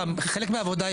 חלק מהעבודה,